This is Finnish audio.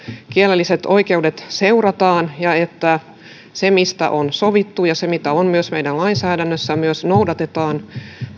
kielellisiä oikeuksia seurataan ja että sitä mistä on sovittu ja mitä on myös meidän lainsäädännössämme myös noudatetaan